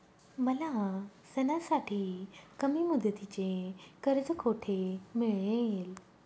मला सणासाठी कमी मुदतीचे कर्ज कोठे मिळेल?